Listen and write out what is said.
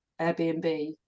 Airbnb